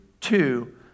Two